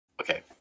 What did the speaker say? Okay